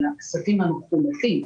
אבל בכספים המחולטים,